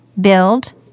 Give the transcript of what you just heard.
build